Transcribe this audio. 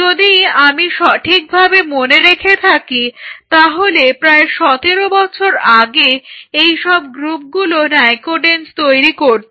যদি আমি সঠিকভাবে মনে রেখে থাকি তাহলে প্রায় 17 বছর আগে এইসব গ্রুপগুলো নাইকোডেঞ্জ তৈরি করত